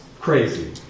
Crazy